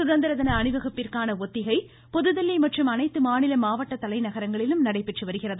சுதந்திர தின அணிவகுப்பிற்கான ஒத்திகை புதுதில்லி மற்றும் அனைத்து மாநில மாவட்ட தலைநகரங்களிலும் நடைபெற்று வருகிறது